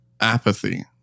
apathy